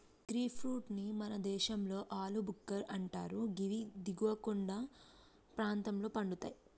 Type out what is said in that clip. గీ fruit ని మన దేశంలో ఆల్ భుక్కర్ అంటరు గివి దిగువ కొండ ప్రాంతంలో పండుతయి